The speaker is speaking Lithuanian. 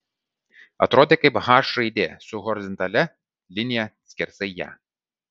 atrodė kaip h raidė su horizontalia linija skersai ją